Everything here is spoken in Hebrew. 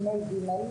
ג'